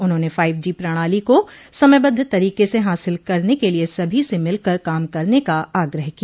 उन्होंने five G प्रणाली को समयबद्ध तरीके से हासिल करने के लिए सभी से मिलकर काम करने का आग्रह किया